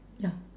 ya